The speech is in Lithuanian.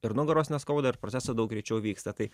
ir nugaros neskauda ir procesas daug greičiau vyksta tai